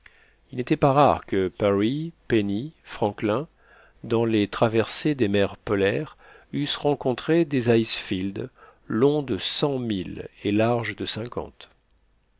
il n'était pas rare que parry penny franklin dans les traversées des mers polaires eussent rencontré des icefields longs de cent milles et larges de cinquante